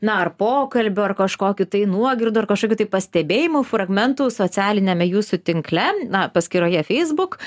na ar pokalbių ar kažkokių tai nuogirdų ar kažkokių tai pastebėjimų fragmentų socialiniame jūsų tinkle na paskyroje facebook